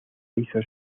hizo